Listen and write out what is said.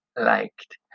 liked